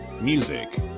Music